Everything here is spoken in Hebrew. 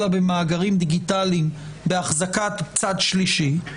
במאגרים דיגיטליים בהחזקת צד שלישי,